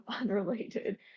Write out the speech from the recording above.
unrelated